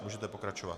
Můžete pokračovat.